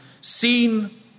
seen